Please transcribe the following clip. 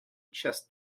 chess